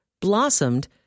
blossomed